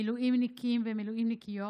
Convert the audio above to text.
מילואימניקים ומילואימניקיות,